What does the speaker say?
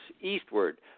eastward